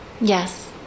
Yes